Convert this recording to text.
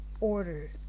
order